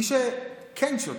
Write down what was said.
מי שכן שותק,